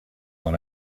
dans